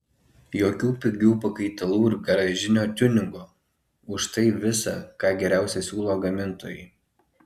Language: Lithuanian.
jokių pigių pakaitalų ir garažinio tiuningo užtai visa ką geriausia siūlo gamintojai